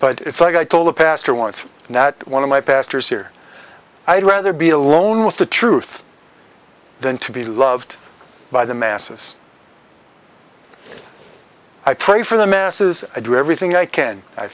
but it's like i told a pastor once that one of my pastors here i'd rather be alone with the truth than to be loved by the masses i pray for the masses i do everything i can i